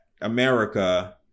America